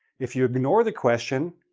if you ignore the question,